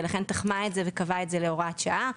ולכן תחמה את זה וקבעה את זה להוראת שעה.